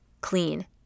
clean